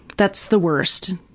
that's the worst.